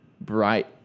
bright